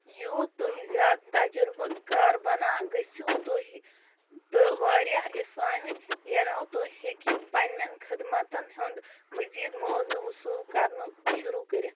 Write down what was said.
یوٗت تُہۍ زیادٕ تجرُبہٕ كاربنا گٔژھِو تُہۍ تہٕ واریاہ اسامہِ یِنو تُہۍ ہیٚکِو پنٛنٮ۪ن خدمَتن ہُند مزیٖد معاوضہٕ وصوٗل کَرٕنُک شروٗع کٔرِتھ